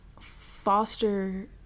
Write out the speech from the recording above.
foster